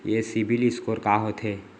ये CIBIL score का होथे?